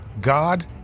God